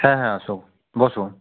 হ্যাঁ হ্যাঁ আসুন বসুন